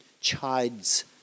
chides